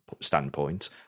standpoint